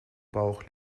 bauch